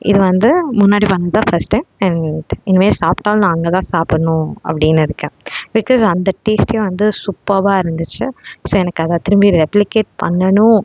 இது வந்து முன்னாடி வந்த ஃபஸ்ட்டு அண்ட் இனிமேல் சாப்பிட்டாலும் நான் அங்கே தான் சாப்பிட்ணும் அப்படின்னு இருக்கேன் பிகாஸ் அந்த டேஸ்ட்டே வந்து சூப்பர்வா இருந்துச்சு ஸோ எனக்கு அதை திரும்பி ரெப்ளிகேட் பண்ணனும்